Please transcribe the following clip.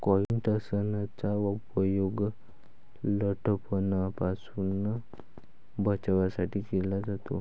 काइट्सनचा उपयोग लठ्ठपणापासून बचावासाठी केला जातो